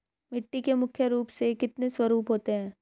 मिट्टी के मुख्य रूप से कितने स्वरूप होते हैं?